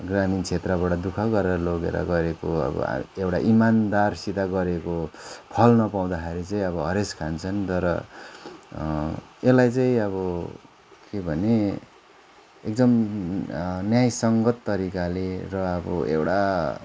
ग्रामीण क्षेत्रबाट दु ख गरेर लगेर गरेको अब एउटा इमान्दारसित गरेको फल नपाउँदाखेरि चाहिँ अब हरेस खान्छन् तर यसलाई चाहिँ अब के भने एकदम न्यायसङ्गत तरिकाले र अब एउटा